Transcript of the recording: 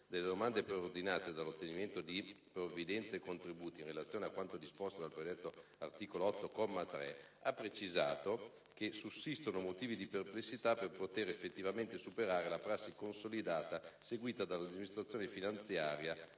delle domande preordinate all'ottenimento di provvidenze e contributi, in relazione a quanto disposto dal predetto articolo 8, comma 3, ha precisato che «Sussistono motivi di perplessità per poter effettivamente superare la prassi consolidata seguita dall'amministrazione finanziaria